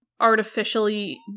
artificially